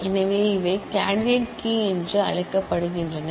எனவே இவை candidate key என்று அழைக்கப்படுகின்றன